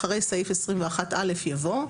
אחרי סעיף 21א יבוא: